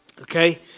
okay